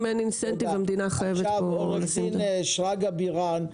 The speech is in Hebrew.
עו"ד שרגא בירן,